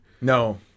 No